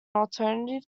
alternative